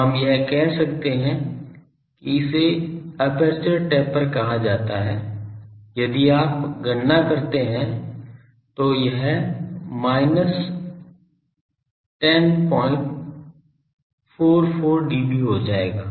तो हम यह कह सकते हैं कि इसे एपर्चर टेपर कहा जाता है यदि आप गणना करते हैं तो यह minus 1044 dB हो जाएगा